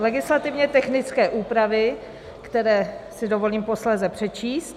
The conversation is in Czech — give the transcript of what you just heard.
Legislativně technické úpravy, které si dovolím posléze přečíst.